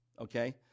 okay